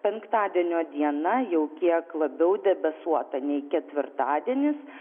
penktadienio diena jau kiek labiau debesuota nei ketvirtadienis